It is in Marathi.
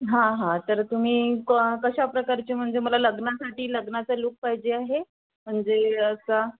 हां हां तर तुम्ही क कशा प्रकारचे म्हणजे मला लग्नासाठी लग्नाचा लूक पाहिजे आहे म्हणजे असा